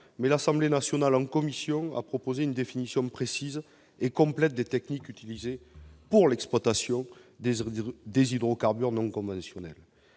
mais l'Assemblée nationale, en commission, a proposé une définition précise et complète des techniques utilisées pour l'exploitation des hydrocarbures non conventionnels.